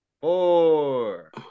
four